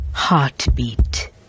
heartbeat